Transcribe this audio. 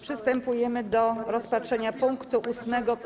Przystępujemy do rozpatrzenia punktu 8.